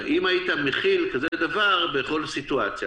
האם היית מכיל דבר כזה בכל סיטואציה?